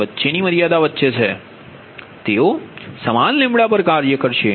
4 ની વચ્ચેની મર્યાદા વચ્ચે તેઓ સમાન પર કામ કરશે